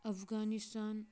Afghanistan